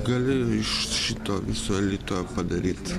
gali iš šito viso elito padaryt